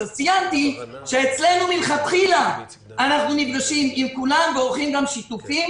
אז ציינתי שאצלנו מלכתחילה אנחנו נפגשים עם כולם ועושים גם שיתופים,